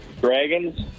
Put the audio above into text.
Dragons